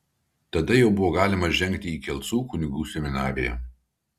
tada jau buvo galima žengti į kelcų kunigų seminariją